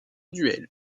duel